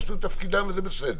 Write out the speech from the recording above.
הם עשו את תפקידם וזה בסדר,